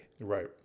right